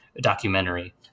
documentary